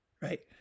right